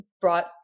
brought